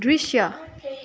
दृश्य